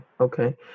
Okay